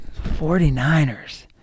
49ers